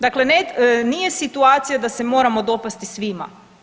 Dakle ne, nije situacija da se moramo dopasti svima.